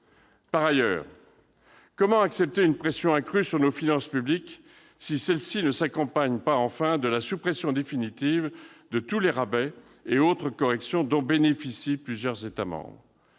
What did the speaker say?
Par ailleurs, comment accepter une pression accrue sur nos finances publiques si celle-ci ne s'accompagne pas, enfin, de la suppression définitive de tous les rabais et autres corrections dont bénéficient plusieurs États membres ?